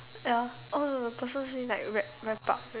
ya oh no the person say like wrap wrap up